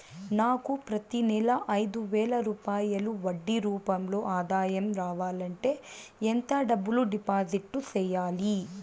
నాకు ప్రతి నెల ఐదు వేల రూపాయలు వడ్డీ రూపం లో ఆదాయం రావాలంటే ఎంత డబ్బులు డిపాజిట్లు సెయ్యాలి?